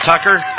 Tucker